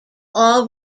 all